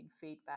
feedback